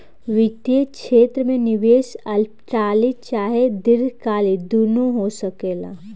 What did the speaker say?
वित्तीय क्षेत्र में निवेश अल्पकालिक चाहे दीर्घकालिक दुनु हो सकेला